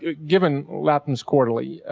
given lapham's quarterly.